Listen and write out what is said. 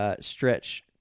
stretch